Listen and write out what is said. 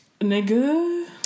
nigga